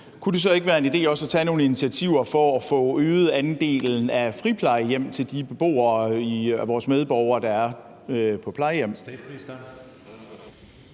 kunne det så ikke være en idé også at tage nogle initiativer for at få øget andelen af friplejehjem til de beboere, de medborgere, der er på plejehjem?